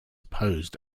posed